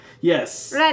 Yes